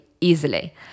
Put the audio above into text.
easily